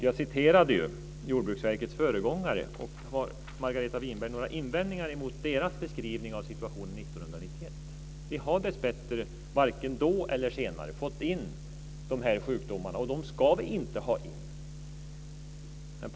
Jag citerade Jordbruksverkets föregångare. Har Margareta Winberg några invändningar mot deras beskrivning av situationen 1991? Vi har dessbättre varken då eller senare fått in de sjukdomarna, och vi ska inte ha in dem.